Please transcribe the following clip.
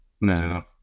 No